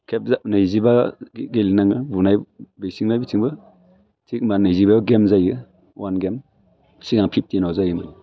खेब नैजिबा गेलेनाङो बुनाय बिसिंना बेथिंबो थिग माने नैजिबायाव गेम जायो अवान गेम सिगां फिपटिनआव जायोमोन